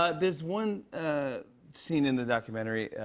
ah there's one scene in the documentary.